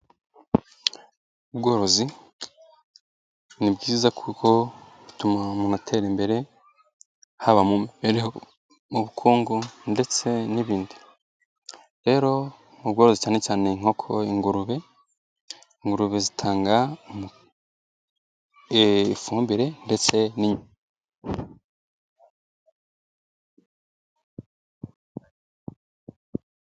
Ubworozi ni bwiza kuko bituma umuntu atera imbere, haba mubereho, bukungu, ndetse n'ibindi. Rero mu bworozi cyane cyane inkoko, ingurube, zitanga ifumbire ndetse n'ibindi.